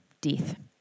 death